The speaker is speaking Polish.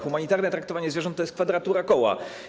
Humanitarne traktowanie zwierząt to jest kwadratura koła.